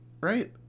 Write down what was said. right